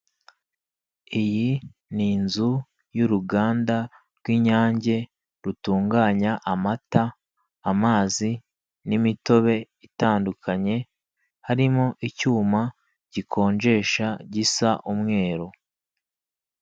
Iyi ni inzu y'uruganda rw'Inyange rutunganya amata, amzi, n'imitobe itandukanye harimo icyuma gikonjesha gisa umweru.